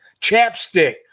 Chapstick